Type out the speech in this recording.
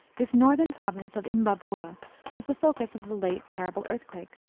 this northern province of imbabura was the focus of the late terrible earthquake.